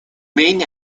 main